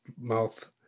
mouth